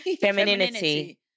Femininity